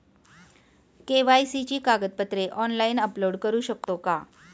KYC ची कागदपत्रे online upload करू शकतो का?